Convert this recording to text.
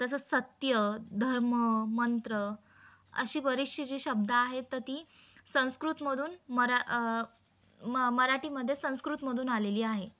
तसं सत्य धर्म मंत्र अशी बरीचशी जी शब्द आहेत तर ती संस्कृतमधून मरा म मराठीमध्ये संस्कृतमधून आलेली आहे